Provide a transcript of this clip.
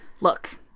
Look